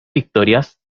victorias